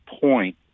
point